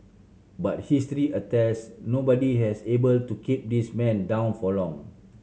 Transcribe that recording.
but history attest nobody has able to keep this man down for long